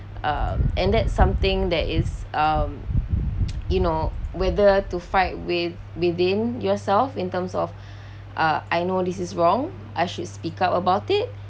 uh and that's something that is um you know whether to fight with within yourself in terms of uh I know this is wrong I should speak up about it